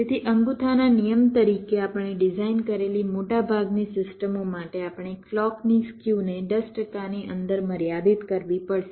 તેથી અંગૂઠાના નિયમ તરીકે આપણે ડિઝાઇન કરેલી મોટાભાગની સિસ્ટમો માટે આપણે ક્લૉકની સ્ક્યુને 10 ટકાની અંદર મર્યાદિત કરવી પડશે